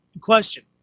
question